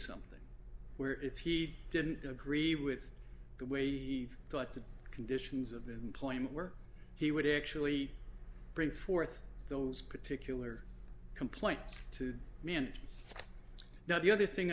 something where if he didn't agree with the way he thought the conditions of employment were he would actually bring forth those particular complaints to me and not the other thing